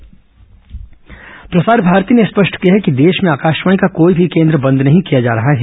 प्रसार भारती स्पष्टीकरण प्रसार भारती ने स्पष्ट किया है कि देश में आकाशवाणी का कोई भी केन्द्र बंद नहीं किया जा रहा है